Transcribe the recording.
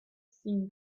seen